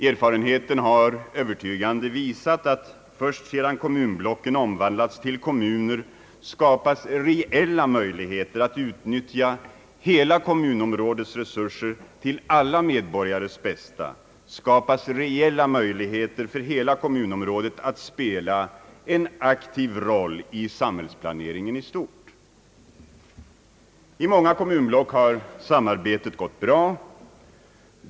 Erfarenheten har övertygande visat att först sedan kommunblocken omvandlats till kommuner skapas reella möjligheter att utnyttja hela kommunområdets resurser för alla medborgares bästa och reella möjligheter för hela kommunområdet att spela en aktiv roll i samhällsplaneringen i stort. I. många kommunblock har samarbetet gått bra.